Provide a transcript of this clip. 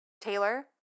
Taylor